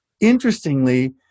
interestingly